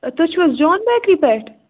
تُہۍ چھُو حظ جون بیکری پٮ۪ٹھ